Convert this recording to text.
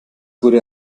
wurde